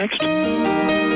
next